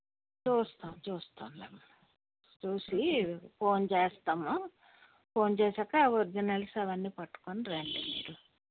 చూస్తాం చూస్తాంలే అమ్మా చూసి ఫోన్ చేస్తాము ఫోన్ చేసాక ఒరిజినల్స్ అవన్నీ పట్టుకొని రండి మీరు